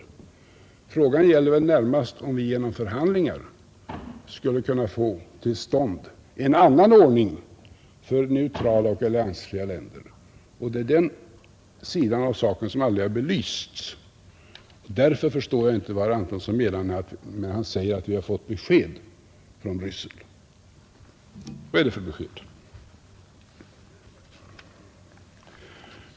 Den gäller närmast om vi genom förhandlingar skulle kunna få till stånd en annan ordning för neutrala och alliansfria länder. Det är den sidan av saken som aldrig har belysts. Därför förstår jag inte vad herr Antonsson menar när han säger att vi har fått besked från Bryssel. Vad är det för besked?